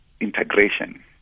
integration